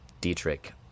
dietrich